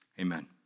amen